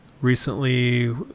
Recently